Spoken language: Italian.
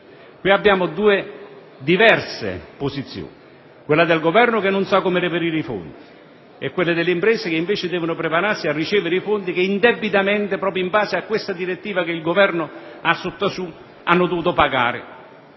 abbiamo due diverse posizioni: quella del Governo, che non sa come reperire i fondi, e quella delle imprese, che invece devono prepararsi a ricevere i fondi che, indebitamente, in base alla direttiva che il Governo ha sottaciuto, hanno dovuto pagare